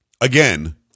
again